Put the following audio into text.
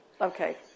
Okay